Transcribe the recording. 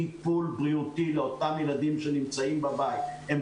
טיפול בריאותי לאותם ילדים שנמצאים בבית והם